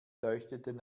leuchteten